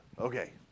okay